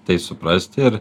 tai suprasti ir